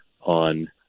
on